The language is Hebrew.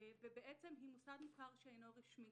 ובעצם היא מוסד מוכר שאינו רשמי.